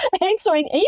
answering